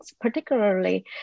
particularly